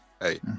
hey